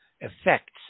effects